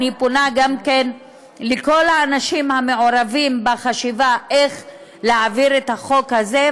אני פונה גם לכל האנשים המעורבים בחשיבה איך להעביר את החוק הזה,